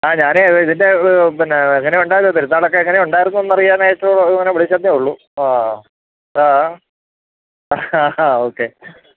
ആ ഞാനെ ഇതിൻ്റെ പിന്നെ എങ്ങനെ ഉണ്ടായിരുന്നു പെരുന്നാളൊക്കെ എങ്ങനെ ഉണ്ടായിരുന്നു എന്നറിയാനായിട്ട് ഇങ്ങനെ വിളിച്ചെന്നെ ഉള്ളൂ ആ ആ ആ ഓക്കേ